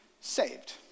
saved